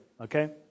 okay